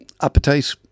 appetite